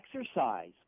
Exercise